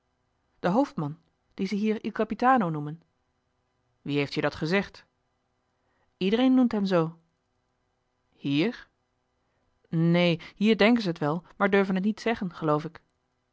den hoofdman dien ze hier il capitano noemen wie heeft je dat gezegd iedereen noemt hem zoo hier neen hier denken ze t wel maar durven t niet zeggen geloof ik